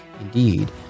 indeed